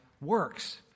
works